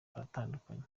aratandukanye